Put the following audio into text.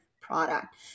product